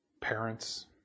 parents